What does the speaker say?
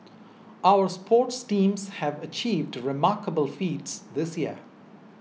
our sports teams have achieved remarkable feats this year